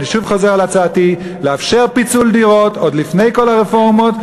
ואני שוב חוזר על הצעתי לאפשר פיצול דירות עוד לפני כל הרפורמות,